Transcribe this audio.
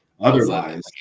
otherwise